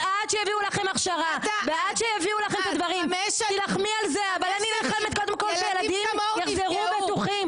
וענקיים שהולכים להיררכיה של הפיקוח,